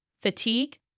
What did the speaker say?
fatigue